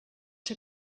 ser